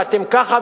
ואתם ככה,